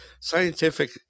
scientific